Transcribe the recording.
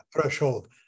threshold